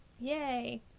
yay